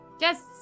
Yes